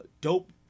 Dope